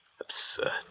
Absurd